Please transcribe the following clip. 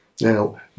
Now